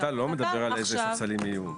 הוות"ל לא מדבר על איזה ספסלים יהיו.